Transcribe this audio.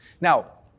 Now